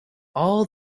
all